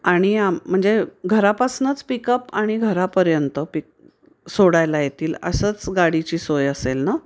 आणि आम म्हणजे घरापासनंच पिकअप आणि घरापर्यंत पिक सोडायला येतील असंच गाडीची सोय असेल ना